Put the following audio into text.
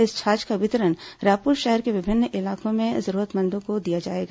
इस छाछ का वितरण रायपुर शहर के विभिन्न इलाकों में जरूरतमंदों को किया जाएगा